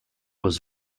was